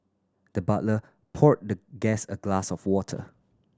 the butler poured the guest a glass of water